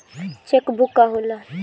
Check book का होला?